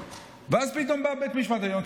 ואז פתאום בא בית משפט עליון,